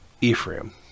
Ephraim